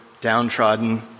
downtrodden